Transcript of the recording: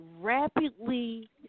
rapidly